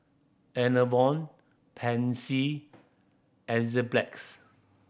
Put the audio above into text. Enervon Pansy Enzyplex